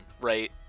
right